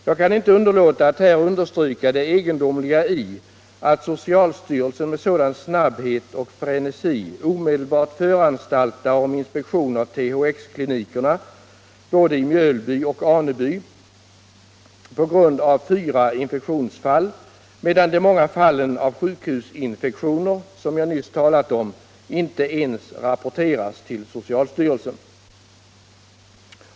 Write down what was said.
Jag kan inte underlåta att här understryka det egendomliga i att socialstyrelsen med sådan snabbhet och frenesi omedelbart föranstaltar om inspektion av THX-klinikerna i både Mjölby och Aneby på grund av fyra infektionsfall, medan de många fallen av sjukhusinfektioner, som jag nyss talat om, inte ens rapporteras till socialstyrelsen.